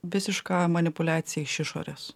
visiška manipuliacija iš išorės